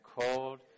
cold